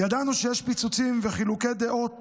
ידענו שיש פיצוצים וחילוקי דעות